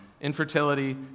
Infertility